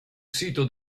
sito